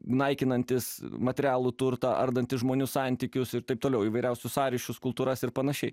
naikinantis materialų turtą ardantis žmonių santykius ir taip toliau įvairiausius sąryšius kultūras ir panašiai